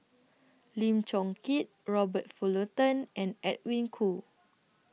Lim Chong Keat Robert Fullerton and Edwin Koo